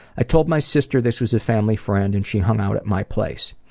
i told my sister this was a family friend, and she hung out at my place.